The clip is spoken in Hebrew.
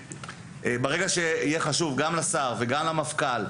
ברגע שזה יהיה חשוב גם לשר וגם למפכ"ל,